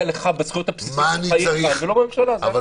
לך בזכויות הבסיסיות שלך יהיה כאן ולא בממשלה,